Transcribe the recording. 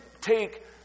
take